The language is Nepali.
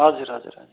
हजुर हजुर हजुर